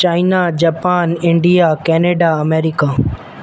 China Japan India Canada America